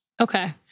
Okay